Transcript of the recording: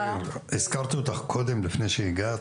הזכרתי אותך קודם לפני שהגעת.